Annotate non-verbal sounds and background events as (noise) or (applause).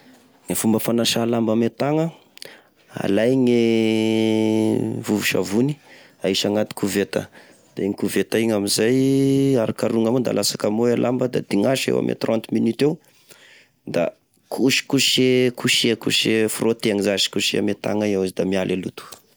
E fomba fanasa lamba ame tagna: alay gne (hesitation) vovo savony aisy agnaty koveta, da igny koveta igny amizay arokakaro amignao da alasaky amignao e lamba da dignasa ame trente minutes eo, da kosikose kosekose fronteny zasy kose ame tagna eo izy da miala e loto.